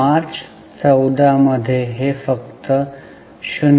मार्च 14 मध्ये हे फक्त 0